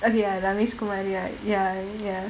okay ya ravish kumar ya~ ya ya